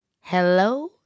Hello